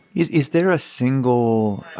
is is there a single